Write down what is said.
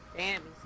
and